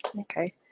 Okay